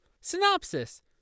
Synopsis